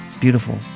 beautiful